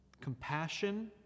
compassion